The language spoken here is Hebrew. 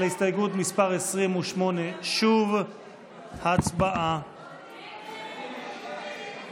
על הסתייגות מס' 28. הצבעה.